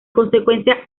consecuencia